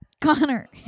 Connor